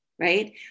right